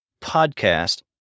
podcast